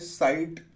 site